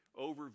overview